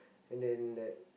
and then like